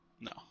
No